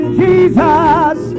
jesus